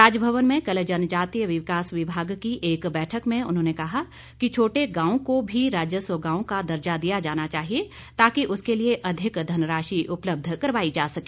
राजभवन में कल जनजातीय विकास विभाग की एक बैठक में उन्होंने कहा कि छोटे गांव को भी राजस्व गांव का दर्जा दिया जाना चाहिए ताकि उसके लिए अधिक धनराशि उपलब्ध करवाई जा सके